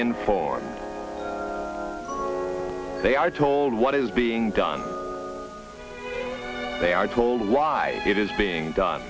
informed they are told what is being done they are told why it is being done